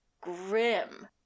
grim